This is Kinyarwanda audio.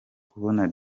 kubona